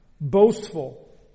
boastful